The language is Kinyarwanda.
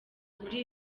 muri